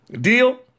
Deal